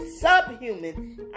subhuman